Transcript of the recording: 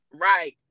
Right